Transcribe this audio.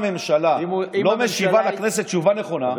אם הממשלה לא משיבה לכנסת תשובה נכונה,